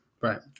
Right